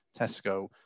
Tesco